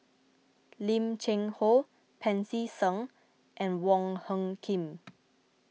Lim Cheng Hoe Pancy Seng and Wong Hung Khim